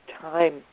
time